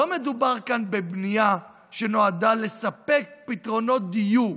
לא מדובר כאן בבנייה שנועדה לספק פתרונות דיור,